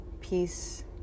peace